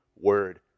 word